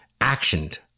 actioned